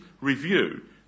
review